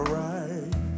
right